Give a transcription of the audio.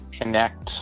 connect